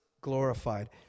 glorified